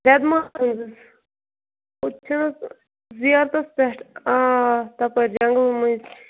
ہُتہِ چھِ نہٕ حظ زِیارتَس پٮ۪ٹھ آ تَپٲرۍ جنٛگلو مٔنٛزۍ